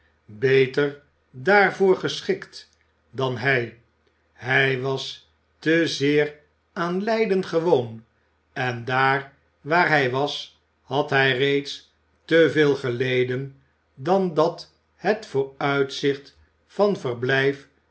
beter daarvoor geschikt dan hij hij was te zeer aan lijden gewoon en daar waar hij was had hij reeds te veel geleden dan dat het vooruitzicht van verblijf